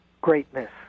greatness